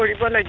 one